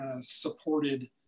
supported